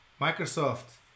Microsoft